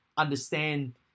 understand